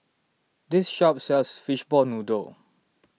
this shop sells Fishball Noodle